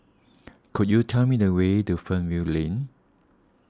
could you tell me the way to Fernvale Lane